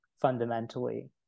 fundamentally